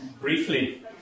briefly